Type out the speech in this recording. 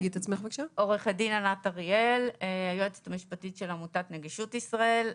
אני היועצת המשפטית של עמותת נגישות ישראל.